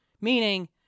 meaning